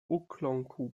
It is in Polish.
ukląkł